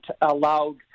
allowed